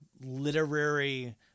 literary